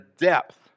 depth